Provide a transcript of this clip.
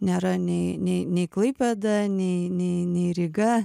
nėra nei nei nei klaipėda nei nei nei ryga